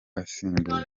asimbuye